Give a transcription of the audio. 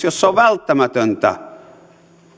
jossa on välttämätöntä